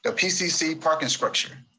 ah pcc parking structure.